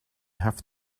have